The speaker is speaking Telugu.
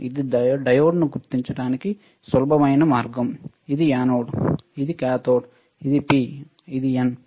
ఇది డయోడ్ను గుర్తించడానికి సులభమైన మార్గం ఇది యానోడ్ ఇది కాథోడ్ ఇది P ఇది N